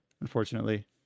unfortunately